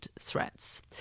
threats